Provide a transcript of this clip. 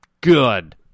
Good